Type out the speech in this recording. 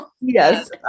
Yes